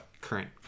current